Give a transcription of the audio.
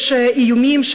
יש איומים,